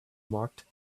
marked